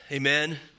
Amen